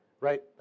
right